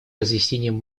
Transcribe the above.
разъяснением